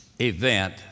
event